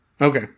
Okay